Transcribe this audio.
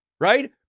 Right